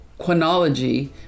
Quanology